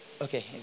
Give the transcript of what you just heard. Okay